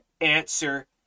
answer